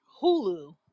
Hulu